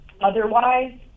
Otherwise